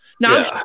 Now